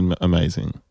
amazing